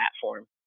platform